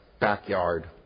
backyard